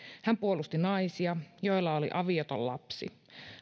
hän puolusti naisia joilla oli avioton lapsi